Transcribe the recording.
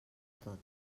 tot